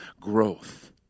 growth